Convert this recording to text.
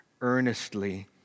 earnestly